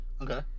Okay